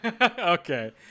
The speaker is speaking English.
okay